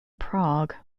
prague